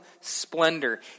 splendor